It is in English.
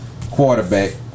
quarterback